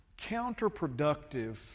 counterproductive